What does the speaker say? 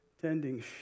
tending